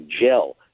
gel